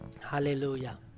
Hallelujah